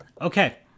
Okay